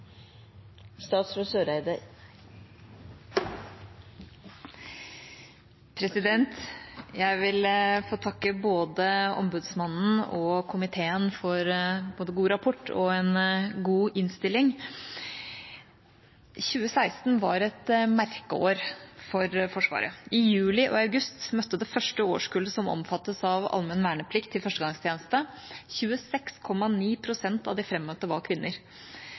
Jeg vil takke både Ombudsmannsnemnda og komiteen for både en god rapport og en god innstilling. 2016 var et merkeår for Forsvaret. I juli og august møtte det første årskullet som omfattes av allmenn verneplikt, til førstegangstjeneste. 26,9 pst. av de frammøtte var kvinner.